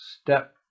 step